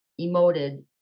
emoted